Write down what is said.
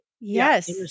Yes